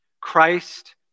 Christ